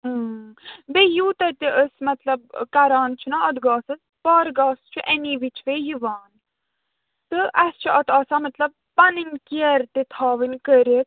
بیٚیہِ یوٗتاہ تہِ أسۍ مطلب ٲں کَران چھِ نا اَتھ گاسَس پٔر گاسہٕ چھُ أمے وِزۍ چھُ بیٚیہِ یِوان تہٕ اسہِ چھُ اَتھ آسان مطلب پَنٕنۍ کِیَر تہِ تھاوٕنۍ کٔرِتھ